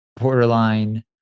borderline